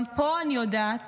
גם פה, אני יודעת